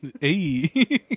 hey